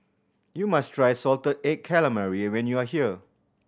you must try salted egg calamari when you are here